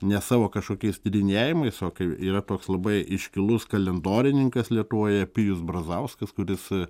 ne savo kažkokiais tyrinėjimais o kai yra toks labai iškilus kalendorininkas lietuvoje pijus brazauskas kuris